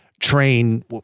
train